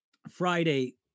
Friday